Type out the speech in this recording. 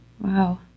Wow